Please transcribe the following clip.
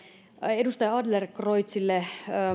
edustaja adlercreutzille